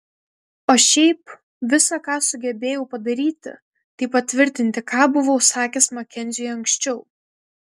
o šiaip visa ką sugebėjau padaryti tai patvirtinti ką buvau sakęs makenziui anksčiau